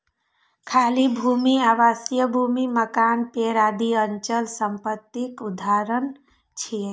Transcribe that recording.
खाली भूमि, आवासीय भूमि, मकान, पेड़ आदि अचल संपत्तिक उदाहरण छियै